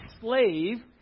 slave